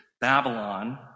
Babylon